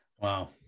Wow